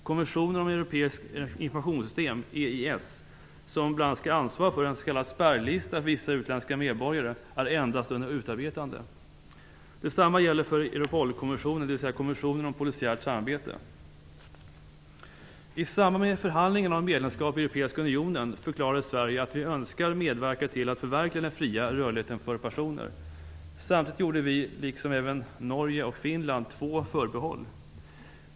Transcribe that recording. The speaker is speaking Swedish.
Konventionen om ett europeiskt informationssystem, EIS, som bl.a. skall ansvara för en s.k. spärrlista för vissa utländska medborgare är endast under utarbetande. Detsamma gäller för Europolkonventionen, dvs. konventionen om polisiärt samarbete. Europeiska unionen förklarade Sverige att vi önskar medverka till att förverkliga den fria rörligheten för personer. Samtidigt gjorde vi, liksom även Norge och Finland, två förbehåll.